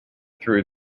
through